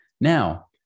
Now